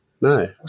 No